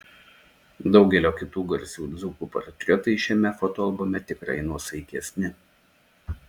daugelio kitų garsių dzūkų portretai šiame fotoalbume tikrai nuosaikesni